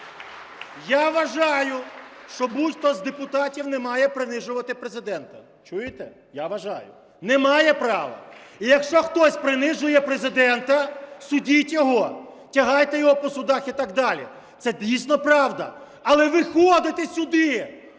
Я вважаю, що будь-хто з депутатів не має принижувати Президента. Чуєте? Я вважаю, не має права. І якщо хтось принижує Президента, судіть його, тягайте його по судах і так далі. Це дійсно правда. Але виходити сюди